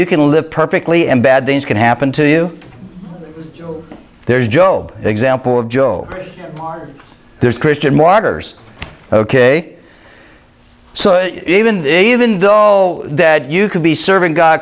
you can live perfectly and bad things can happen to you there's job example of joe there's christian martyrs ok so even the even though that you could be serving god